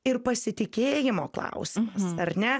ir pasitikėjimo klausimas ar ne